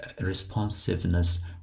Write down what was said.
responsiveness